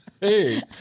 hey